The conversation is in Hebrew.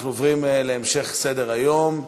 אנחנו עוברים להמשך סדר-היום: